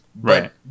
right